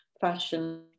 fashion